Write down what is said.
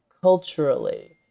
culturally